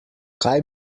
kaj